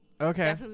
Okay